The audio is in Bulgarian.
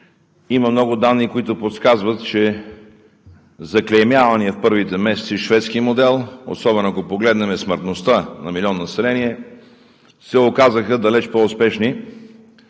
Има много данни, които подсказват, че заклеймяваният в първите месеци шведски модел, особено ако погледнем смъртността на милион население, се оказа далеч по-успешен